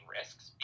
risks